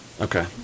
Okay